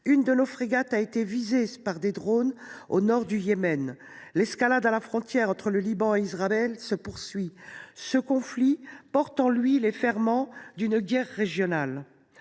Une de nos frégates a été visée par des drones au nord du Yémen. L’escalade à la frontière entre le Liban et Israël se poursuit. Ce conflit porte en lui les ferments d’une guerre régionale.